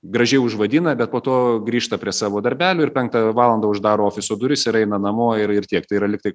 gražiai užvadina bet po to grįžta prie savo darbelių ir penktą valandą uždaro ofiso duris ir eina namo ir ir tiek tai yra lyg tai